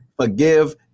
forgive